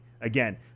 Again